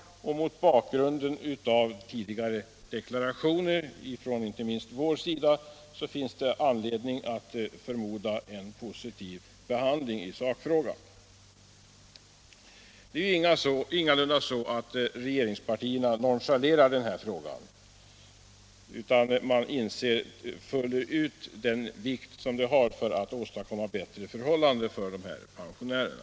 Mot bakgrund av tidigare deklarationer, inte minst från vår sida, finns det anledning förmoda att sakfrågan får en positiv behandling. Det är ingalunda så att regeringspartierna nonchalerar denna fråga; de inser vilken vikt frågan har för att åstadkomma bättre förhållanden för pensionärerna.